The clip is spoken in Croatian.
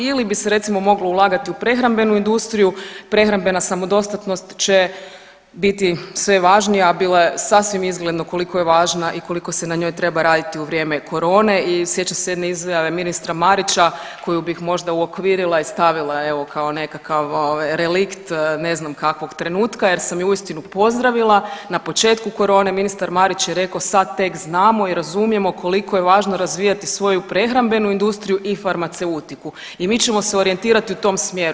Ili bi se recimo moglo ulagati u prehrambenu industriju, prehrambena samodostatnost će biti sve važnija, a bilo je sasvim izgledno koliko je važna i koliko se na njoj treba raditi u vrijeme korone i sjećam se jedne izjave ministra Marića, koju bih možda uokvirila i stavila evo, kao nekakav relikt, ne znam kakvog trenutka jer sam ju uistinu pozdravila, na početku korone ministar Marić je rekao, sad tek znamo i razumijemo koliko je važno razvijati svoju prehrambenu industriju i farmaceutiku i mi ćemo se orijentirati u tom smjeru.